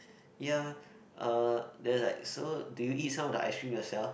ya uh then was like so do you eat some of the ice cream yourself